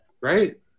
right